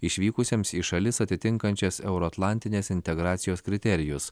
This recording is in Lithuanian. išvykusiems į šalis atitinkančias euroatlantinės integracijos kriterijus